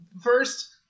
first